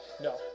No